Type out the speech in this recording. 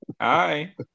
Hi